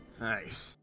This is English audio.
Nice